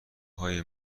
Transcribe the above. های